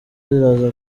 iraza